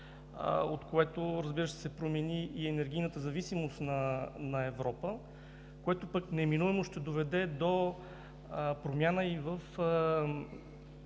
от което, разбира се, ще се промени и енергийната зависимост на Европа, което пък неминуемо ще доведе до промяна и в